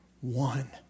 one